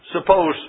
Suppose